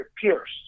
pierce